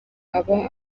aba